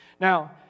Now